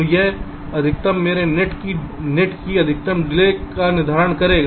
तो वह अधिकतम मेरे नेट की अधिकतम डिले का निर्धारण करेगा